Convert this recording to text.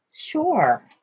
Sure